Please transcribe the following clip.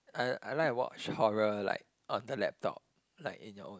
I I like watch horror like on the laptop like in your own